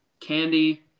Candy